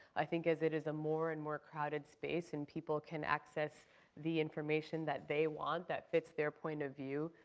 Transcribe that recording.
i think as it is a more and more crowded space and people can access the information that they want that fits their point of view,